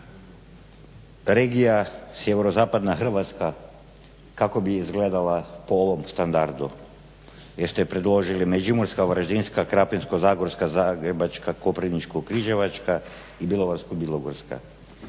regija sjeverozapadna Hrvatska kako bi izgledala po ovom standardu. Jer ste predložili Međimurska, Varaždinska, Krapinsko-zagorska, Zagrebačka, Koprivničko-križevačka i Bjelovarsko-bilogorska.